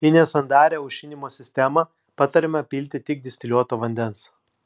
į nesandarią aušinimo sistemą patariama pilti tik distiliuoto vandens